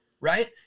right